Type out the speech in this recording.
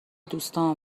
دوستام